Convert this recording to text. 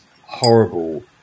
horrible